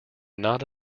not